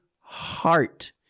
heart